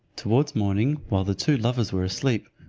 towards morning, while the two lovers were asleep,